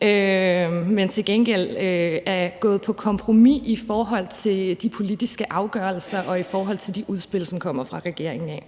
men de er til gengæld gået på kompromis i forhold til de politiske afgørelser og i forhold til de udspil, som kommer fra regeringen.